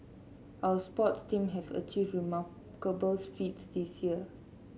our sports team have achieved remarkable feats this year